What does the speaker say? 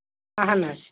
اَہن حظ